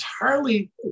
entirely